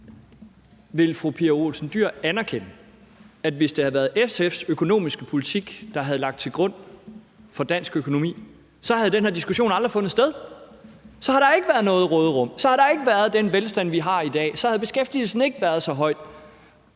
Vil fru Pia Olsen Dyhr anerkende, at hvis det havde været SF's økonomiske politik, der havde ligget til grund for dansk økonomi, så havde den her diskussion aldrig fundet sted? Så havde der ikke været noget råderum, og så havde der ikke været den velstand, som vi har i dag. Så havde beskæftigelsen ikke været så høj.